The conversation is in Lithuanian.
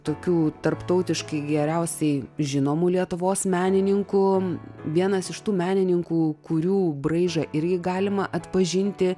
tokių tarptautiškai geriausiai žinomų lietuvos menininkų vienas iš tų menininkų kurių braižą irgi galima atpažinti